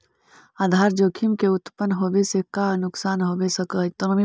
आधार जोखिम के उत्तपन होवे से का नुकसान हो सकऽ हई?